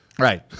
Right